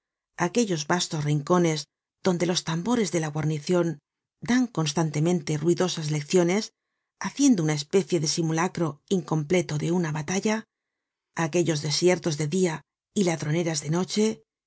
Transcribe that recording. aquellos vastos rincones donde los tambores de la guarnicion dan constantemente ruidosas lecciones haciendo una especie de simulacro incompleto de una batalla aquellos desiertos de dia y ladroneras de noche